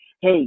hey